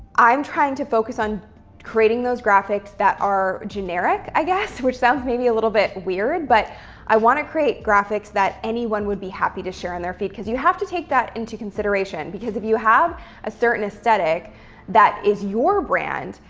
i'm trying to focus on creating those graphics that are generic, i guess, which sounds maybe a little bit weird, but i want to create graphics that anyone would be happy to share on their feed. because you have to take that into consideration, because if you have a certain aesthetic that is your brand,